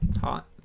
hot